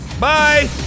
Bye